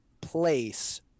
place